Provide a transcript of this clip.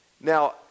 Now